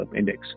index